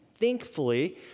Thankfully